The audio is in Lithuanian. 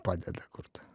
padeda kurt